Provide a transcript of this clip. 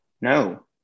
no